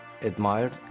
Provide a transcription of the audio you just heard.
admired